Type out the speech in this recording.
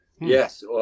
Yes